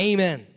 Amen